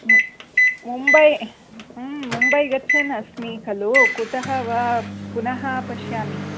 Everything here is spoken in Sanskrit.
मु मुम्बै मुम्बै गच्छन् अस्मि खलु कुतः वा पुनः पश्यामि